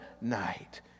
night